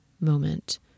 moment